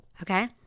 okay